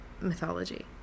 mythology